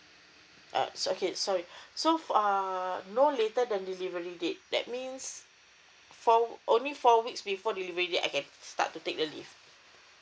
uh so okay sorry so for uh no later than delivery date that means fo~ only four weeks before delivery I can start to take the leave